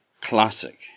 classic